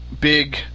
big